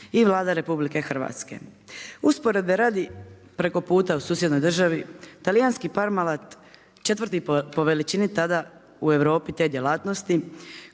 i Vlada Republike Hrvatske. Usporedbe radi, preko puta u susjednoj državi, talijanski Parmalat, 4 po veličini tada u Europi te djelatnosti,